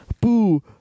Boo